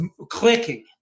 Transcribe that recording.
clicking